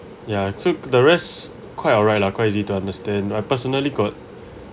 ya the rest quite all right lah quite easy to understand I personally got